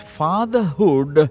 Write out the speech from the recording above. fatherhood